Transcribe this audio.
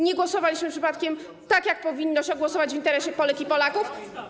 Nie głosowaliśmy przypadkiem tak, jak powinno się głosować w interesie Polek i Polaków?